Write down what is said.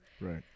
Right